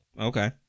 Okay